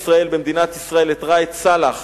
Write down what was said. במדינת ישראל, את ראאד סלאח,